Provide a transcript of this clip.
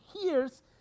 hears